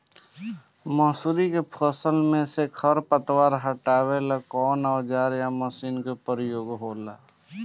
मसुरी के फसल मे से खरपतवार हटावेला कवन औजार या मशीन का प्रयोंग होला?